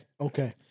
okay